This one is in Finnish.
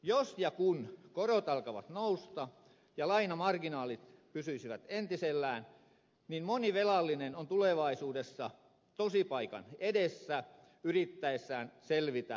jos ja kun korot alkavat nousta ja lainamarginaalit pysyisivät entisellään niin moni velallinen on tulevaisuudessa tosipaikan edessä yrittäessään selvitä velvoitteistaan